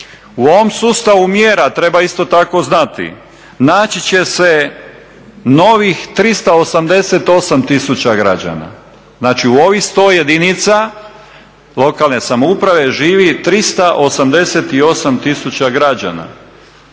U ovom sustavu mjera treba isto tako znati, naći će se novih 388 000 građana. Znači u ovih 100 jedinica lokalne samouprave živi 388 000 građana.